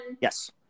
Yes